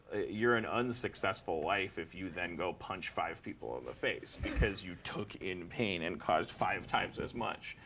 you're an unsuccessful life if you then go punch five people in the face. because you took in pain and caused five times as much.